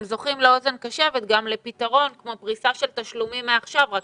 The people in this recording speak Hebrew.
הם זוכים לאוזן קשבת וגם לפתרון כמו פריסה של תשלומים מעכשיו אלא